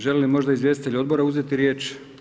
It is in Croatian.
Želi li možda izvjestitelj odbora uzeti riječ?